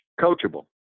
Coachable